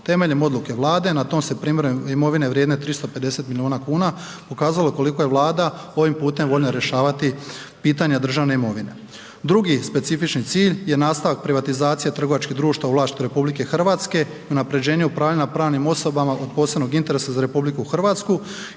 Temeljem Odluke Vlade na tom se .../Govornik se ne razumije./... imovine vrijedne 350 milijuna kuna pokazalo koliko je Vlada ovim putem voljna rješavati pitanje državne imovine. Drugi specifični cilj je nastavak privatizacije trgovačkih društava u vlasništvu RH u unaprjeđenju upravljanja pravnim osobama od posebnog interesa za RH i taj